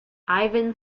ivan